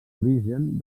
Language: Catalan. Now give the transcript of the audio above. origen